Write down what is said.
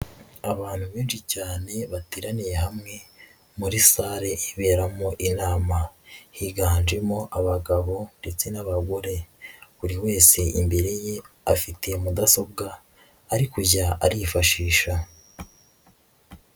Abantu benshi cyane bateraniye hamwe muri sale iberamo inama, higanjemo abagabo ndetse n'abagore buri wese imbere ye afite mudasobwa ari kujya arifashisha.